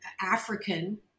African